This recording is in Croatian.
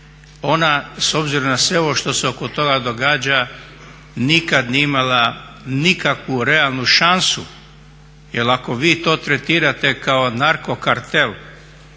Ona s obzirom na sve ovo što se oko toga događa nikad nije imala nikakvu realnu šansu, jer ako vi to tretirate kao narko kartel